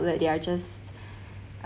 they are just